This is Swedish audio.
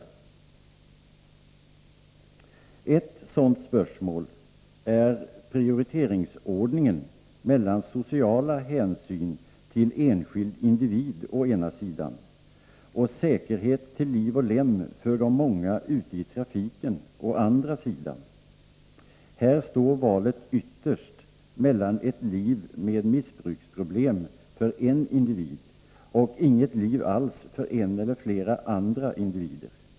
Ett sådant spörsmål är prioriteringsordningen med avseende på å ena sidan sociala hänsyn till enskild individ och å andra sidan säkerhet till liv och lem för de många ute i trafiken. Här står valet ytterst mellan ett liv med missbruksproblem för en individ och inget liv alls för en eller flera andra individer.